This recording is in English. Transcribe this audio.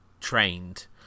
trained